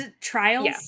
Trials